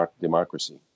democracy